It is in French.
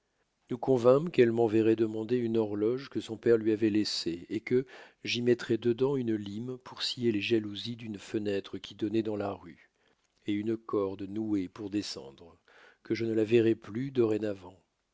nous convînmes qu'elle m'enverroit demander une horloge que son père lui avoit laissée et que j'y mettrois dedans une lime pour scier les jalousies d'une fenêtre qui donnoit dans la rue et une corde nouée pour descendre que je ne la verrois plus dorénavant